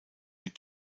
mit